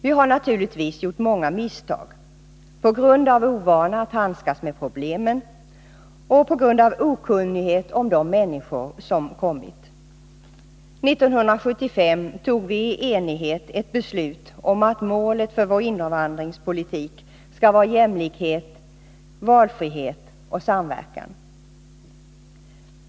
Vi har naturligtvis gjort många misstag — på grund av ovana att handskas med problemen och på grund av okunnighet om de människor som kommit. 1975 fattade vi i enighet ett beslut om att målet för vår invandringspolitik skall vara jämlikhet, valfrihet och samverkan.